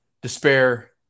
despair